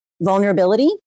vulnerability